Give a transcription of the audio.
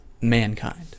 mankind